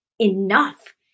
enough